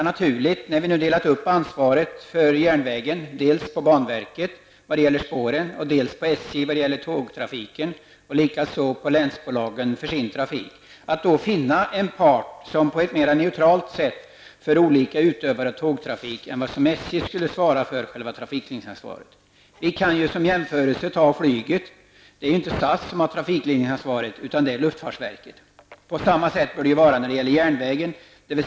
När vi nu delat upp ansvaret för järnvägen på banverket -- det har ansvaret när det gäller spåren -- och på SJ, som har ansvaret när det gäller tågtrafiken, och även på länsbolagen -- de har ansvaret för sin trafik -- borde det vara naturligt att finna en part som på ett för olika utövare av tågtrafik mer neutralt sätt kan ta själva trafikledningsansvaret än vad som kan bli fallet när SJ har det. Vi kan som jämförelse se på flyget. Det är ju inte SAS som har trafikledningsansvaret där, utan det är luftfartsverket. På samma sätt bör det vara när det gäller järnvägen.